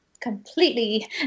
completely